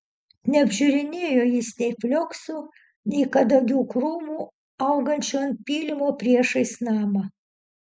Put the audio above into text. neapžiūrinėjo jis nei flioksų nei kadagių krūmų augančių ant pylimo priešais namą